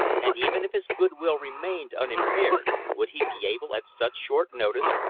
and even if his good-will remained unimpaired, would he be able, at such short notice,